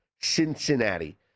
Cincinnati